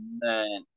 man